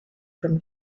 from